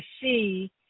see